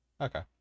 Okay